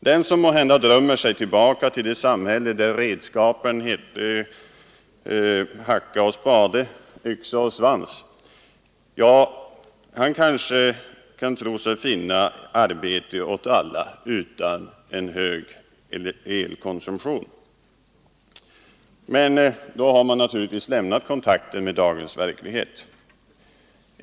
Den som måhända drömmer sig tillbaka till det samhälle där redskapen hette hacka och spade, yxa och svans kan kanske tro sig finna arbete åt alla utan en hög elkonsumtion. Men då har man naturligtvis lämnat kontakten med dagens verklighet.